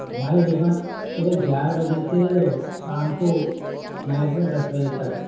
हमारी दुकान सुबह ग्यारह बजे से और शाम को नाइट में दस बजे तक